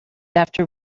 after